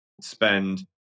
spend